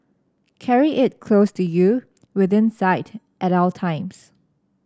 carry it close to you within sight at all times